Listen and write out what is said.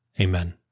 Amen